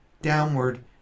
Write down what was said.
downward